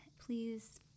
please